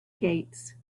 gates